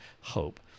hope